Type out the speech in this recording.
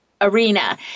Arena